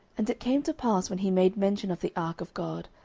and it came to pass, when he made mention of the ark of god,